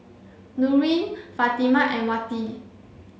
Nurin Fatimah and Wati